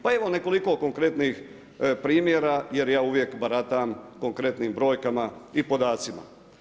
Pa evo nekoliko konkretnih primjera jer ja uvijek baratam konkretnim brojkama i podacima.